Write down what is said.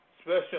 special